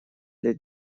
для